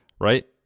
right